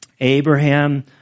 Abraham